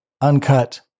uncut